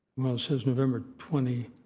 says november twenty,